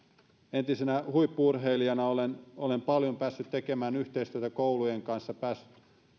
entisenä huippu urheilijana olen olen paljon päässyt tekemään yhteistyötä koulujen kanssa päässyt